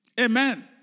Amen